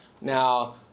now